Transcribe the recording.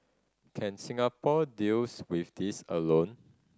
can Singapore deals with this alone